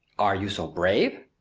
are you so brave?